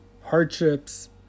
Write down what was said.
hardships